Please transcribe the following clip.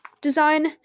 design